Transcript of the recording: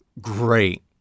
great